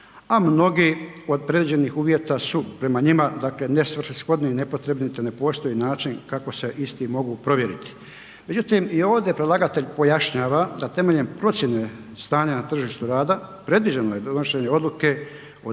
a mnogi od predviđenih uvjeta su prema njima, dakle nesvrsishodni i nepotrebni, te ne postoji način kako se isti mogu provjeriti. Međutim, i ovdje predlagatelj pojašnjava da temeljem procijene stanja na tržištu rada predviđeno je donošenje odluke o